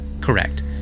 Correct